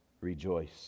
rejoice